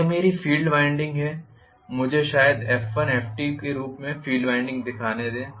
यह मेरी field winding है मुझे शायद F1 F2 के रूप में फील्ड वाइंडिंग दिखाने दें